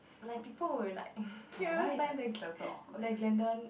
like people will be like you know the time gl~ the Glendon